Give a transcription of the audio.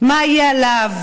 מה יהיה עליו: